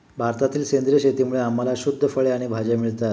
भारतातील सेंद्रिय शेतीमुळे आम्हाला शुद्ध फळे आणि भाज्या मिळतात